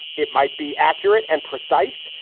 it might be accurate and precise,